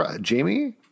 Jamie